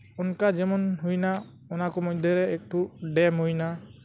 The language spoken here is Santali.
ᱚᱱᱠᱟ ᱡᱮᱢᱚᱱ ᱦᱩᱭᱮᱱᱟ ᱚᱱᱟ ᱠᱚ ᱢᱚᱫᱽᱫᱷᱮ ᱨᱮ ᱮᱠᱴᱩ ᱰᱮᱢ ᱦᱩᱭᱮᱱᱟ